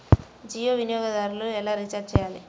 జియో వినియోగదారులు ఎలా రీఛార్జ్ చేయాలి?